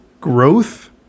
growth